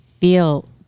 feel